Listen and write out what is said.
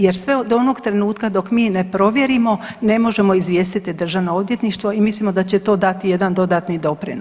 Jer sve do onog trenutka dok mi ne provjerimo ne možemo izvijestiti Državno odvjetništvo i mislimo da će to dati jedan dodatni doprinos.